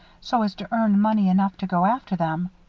so as to earn money enough to go after them.